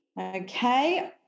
Okay